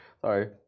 Sorry